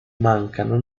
mancano